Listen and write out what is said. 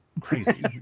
Crazy